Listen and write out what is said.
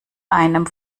einem